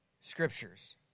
Scriptures